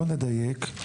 בוא נדייק.